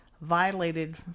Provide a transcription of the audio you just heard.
violated